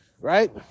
right